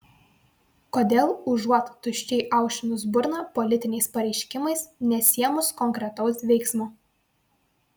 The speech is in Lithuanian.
kodėl užuot tuščiai aušinus burną politiniais pareiškimais nesiėmus konkretaus veiksmo